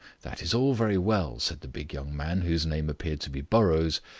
that is all very well, said the big young man, whose name appeared to be burrows.